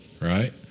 right